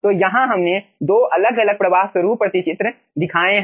तो यहां हमने 2 अलग अलग प्रवाह स्वरूप प्रतिचित्र दिखाए हैं